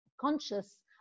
conscious